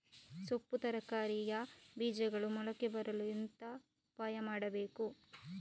ಸೊಪ್ಪು ತರಕಾರಿಯ ಬೀಜಗಳು ಮೊಳಕೆ ಬರಲು ಎಂತ ಉಪಾಯ ಮಾಡಬೇಕು?